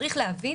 צריך להבין